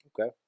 Okay